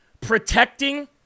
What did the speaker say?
protecting